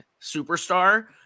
superstar